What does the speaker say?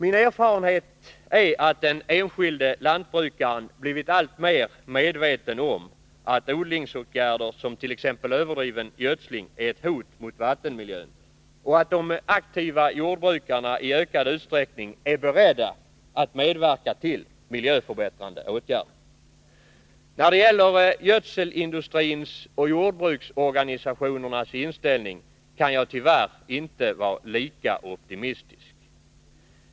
Min erfarenhet är att den enskilde lantbrukaren blivit alltmer medveten om att odlingsåtgärder som t.ex. överdriven gödsling är ett hot mot vattenmiljön och att de aktiva jordbrukarna i ökad utsträckning är beredda att medverka till miljöförbättrande åtgärder. När det gäller gödselindustrins och jordbruksorganisationernas inställning kan jag tyvärr inte vara lika optimistisk.